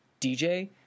DJ